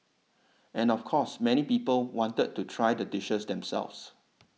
and of course many people wanted to try the dishes themselves